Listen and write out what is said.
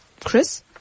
Chris